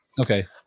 Okay